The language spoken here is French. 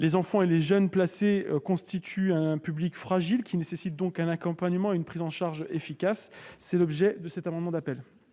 Les enfants et les jeunes placés constituent un public fragile qui nécessite un accompagnement et une prise en charge efficaces. Tel est l'objet de cet amendement d'appel.